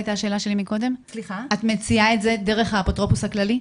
את מציעה את זה דרך האפוטרופוס הכללי?